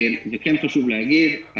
וכן חשוב להגיד,